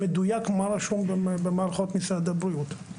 מדויק מה רשום במערכות משרד הבריאות.